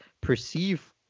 perceive